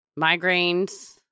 migraines